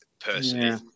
Personally